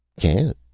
can't,